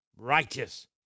Righteous